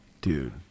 Dude